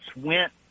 went